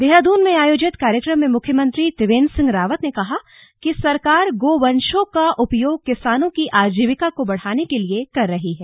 देहरादून में आयोजित कार्यक्रम में मुख्यमंत्री त्रिवेन्द्र सिंह रावत ने कहा कि सरकार गोवंशों का उपयोग किसानों की आजिविका को बढ़ाने के लिए कर रही है